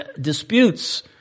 Disputes